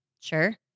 Sure